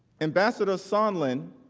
ambassador sondland